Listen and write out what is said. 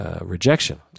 rejection